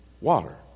water